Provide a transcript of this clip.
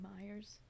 Myers